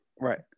Right